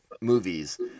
movies